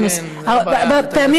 אבל אין יכולת לנהל הליך הוגן, על אונס.